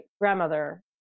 grandmother